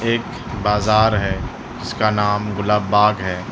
ایک بازار ہے جس کا نام گلاب باغ ہے